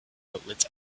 outlets